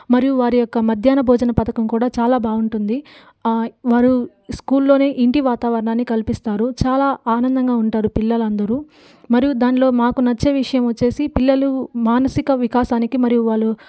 మరియు వారి యొక్క మధ్యాహ్న భోజన పథకం కూడా చాలా బాగుంటుంది వారు స్కూల్లోనే ఇంటి వాతావరణాన్ని కల్పిస్తారు చాలా ఆనందంగా ఉంటారు పిల్లలందరూ మరియు దానిలో మాకు నచ్చే విషయం వచ్చేసి పిల్లలు మానసిక వికాసానికి మరియు వాళ్ళు